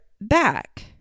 back